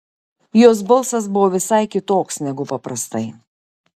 jos balsas buvo visai kitoks negu paprastai